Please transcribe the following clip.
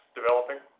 developing